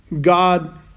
God